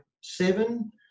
seven